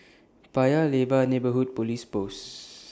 Paya Lebar Neighbourhood Police Post